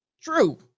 True